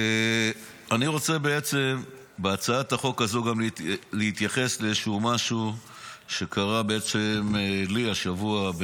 אני רוצה בהצעת החוק הזו להתייחס למשהו שקרה לי השבוע,